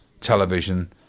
television